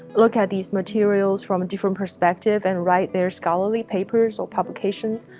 look at these materials from a different perspective and write their scholarly papers or publications.